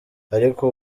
ariko